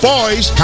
Boys